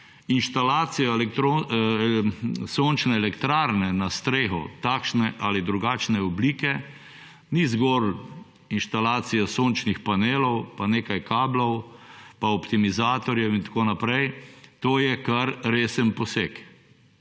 inštalacija sončne elektrarne na streho, takšne ali drugačne oblike, ni zgolj inštalacija sončnih panelov pa nekaj kablov, pa optimizatorjev, itn., to je kar resen poseg.